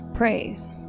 Praise